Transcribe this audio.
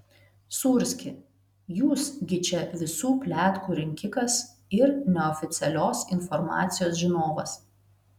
sūrski jūs gi čia visų pletkų rinkikas ir neoficialios informacijos žinovas